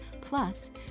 Plus